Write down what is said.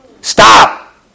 Stop